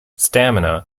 stamina